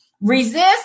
Resist